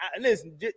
listen